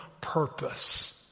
purpose